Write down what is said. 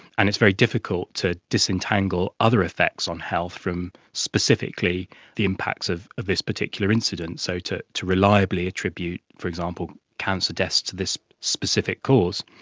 and it's very difficult to disentangle other effects on health from specifically the impacts of of this particular incident, so to to reliably attribute, for example, cancer deaths to this specific cause.